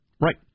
Right